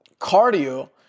cardio